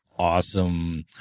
Awesome